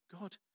God